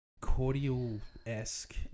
cordial-esque